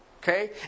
Okay